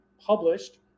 published